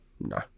No